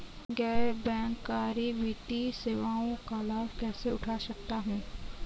गैर बैंककारी वित्तीय सेवाओं का लाभ कैसे उठा सकता हूँ?